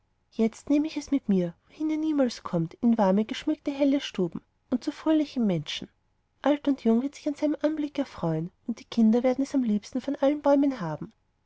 jetzt nehme ich es mit mir wohin ihr niemals kommt in warme geschmückte helle stuben und zu fröhlichen menschen alt und jung wird sich an seinem anblick erfreuen und die kinder werden es am liebsten von allen bäumen haben